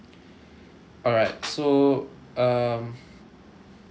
alright so um